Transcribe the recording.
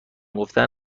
گفتن